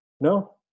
no